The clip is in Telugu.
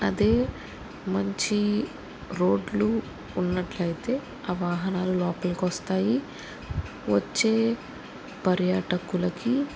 అదే మంచి రోడ్లు ఉన్నట్లయితే ఆ వాహనాలు లోపలికి వస్తాయి వచ్చే పర్యాటకులకి